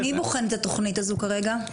מי בוחן את התוכנית הזו כרגע?